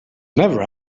never